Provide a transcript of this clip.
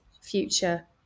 Future